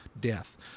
death